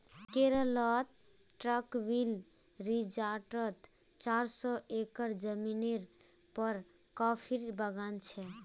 केरलत ट्रैंक्विल रिज़ॉर्टत चार सौ एकड़ ज़मीनेर पर कॉफीर बागान छ